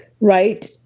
right